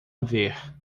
ver